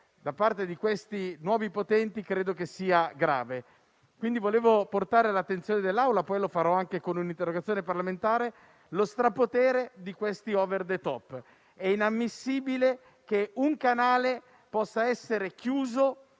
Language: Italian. da parte dei nuovi potenti credo che sia grave. Ci tenevo quindi a portare all'attenzione dell'Assemblea - lo farò anche con un'interrogazione parlamentare - lo strapotere di questi *over the top*. È inammissibile che un canale possa essere chiuso